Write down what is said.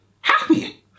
happy